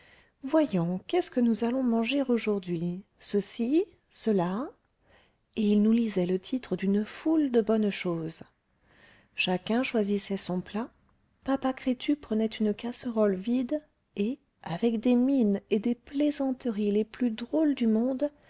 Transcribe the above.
voyons qu'est-ce que nous allons manger aujourd'hui ceci cela et il nous lisait le titre d'une foule de bonnes choses chacun choisissait son plat papa crétu prenait une casserole vide et avec des mines et des plaisanteries les plus drôles du monde